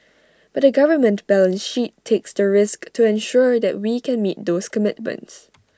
but the government balance sheet takes the risk to ensure that we can meet those commitments